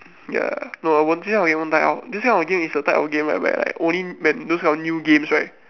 ya no this one you won't die out this kind of game is the type of game where like only when those kind of new games right